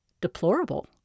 deplorable